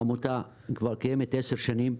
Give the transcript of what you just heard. העמותה קיימת כבר עשר שנים,